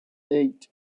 eight